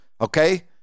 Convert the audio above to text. okay